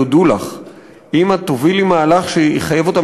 יודו לך אם את תובילי מהלך שיחייב אותם